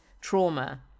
trauma